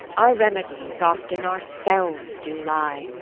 our remedies oft in ourselves do lie,